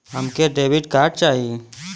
हमके debit card चाही?